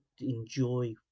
enjoy